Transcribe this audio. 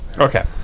Okay